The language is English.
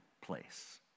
place